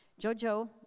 Jojo